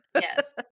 yes